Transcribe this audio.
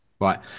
Right